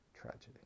tragedy